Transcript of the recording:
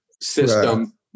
system